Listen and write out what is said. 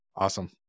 awesome